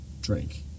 drink